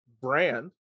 brand